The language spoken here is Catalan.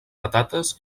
patates